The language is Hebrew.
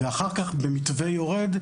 ואחר כך במתווה יורד,